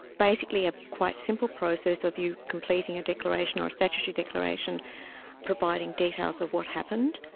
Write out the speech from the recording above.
basically a quite simple process of you completing a declaration or a statutory declaration providing details of what happened,